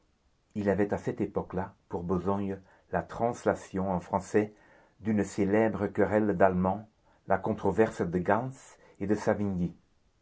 il avait à cette époque-là pour besogne la translation en français d'une célèbre querelle d'allemands la controverse de gans et de savigny